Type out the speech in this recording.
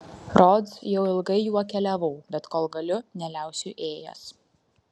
rods jau ilgai juo keliavau bet kol galiu neliausiu ėjęs